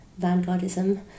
vanguardism